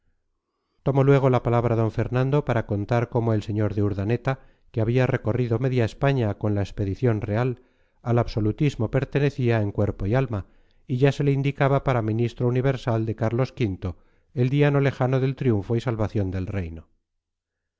tomó luego la palabra d fernando para contar cómo el sr de urdaneta que había recorrido media españa con la expedición real al absolutismo pertenecía en cuerpo y alma y ya se le indicaba para ministro universal de carlos v el día no lejano del triunfo y salvación del reino